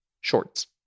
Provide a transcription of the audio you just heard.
shorts